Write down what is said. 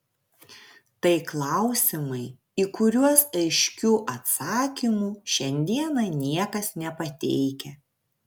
tai klausimai į kuriuos aiškių atsakymų šiandieną niekas nepateikia